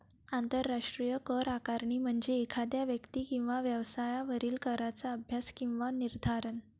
आंतरराष्ट्रीय कर आकारणी म्हणजे एखाद्या व्यक्ती किंवा व्यवसायावरील कराचा अभ्यास किंवा निर्धारण